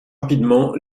rapidement